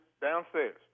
Downstairs